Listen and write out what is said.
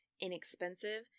inexpensive